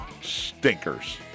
stinkers